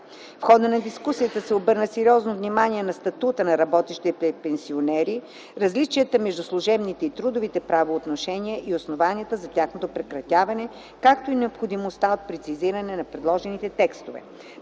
В хода на дискусията се обърна сериозно внимание на статута на работещите пенсионери, различията между служебните и трудовите правоотношения и основанията за тяхното прекратяване, както и необходимостта от прецизиране на предложените текстове.